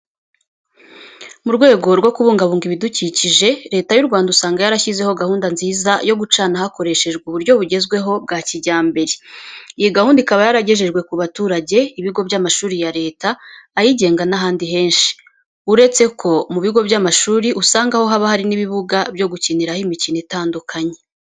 Mu rwego rwo kubungabunga ibidukikije, Leta y'u Rwanda usanga yarashyizeho gahunda nziza yo gucana hakoreshejwe uburyo bugezweho bwa kijyambere. Iyi gahunda ikaba yaragejejwe ku baturage, ibigo by'amashuri ya Leta, ayigenga n'ahandi henshi . Uretse ko mu bigo by'amashuri usanga ho haba hari n'ibibuga byo gukiniramo imikino itandukanye.